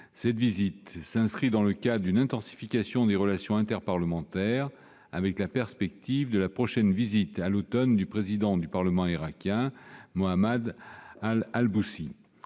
Cette visite s'inscrit dans le cadre d'une intensification des relations interparlementaires, avec la perspective de la prochaine visite à l'automne du président du Parlement irakien, Mohammed al-Halboussi.